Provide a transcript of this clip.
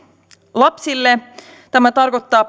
lapsille tämä tarkoittaa